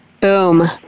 Boom